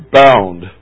bound